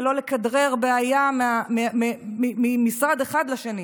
ולא לכדרר בעיה ממשרד אחד לשני.